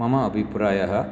मम अभिप्रायः